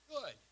Good